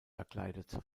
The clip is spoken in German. verkleidet